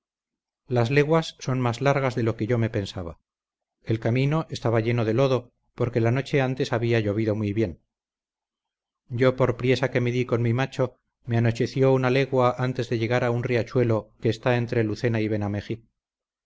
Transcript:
las leguas son más largas de lo que yo me pensaba el camino estaba lleno de lodo porque la noche antes había llovido muy bien yo por priesa que me dí con mi macho me anocheció una legua antes de llegar a un riachuelo que está entre lucena y